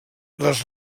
les